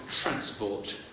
Transport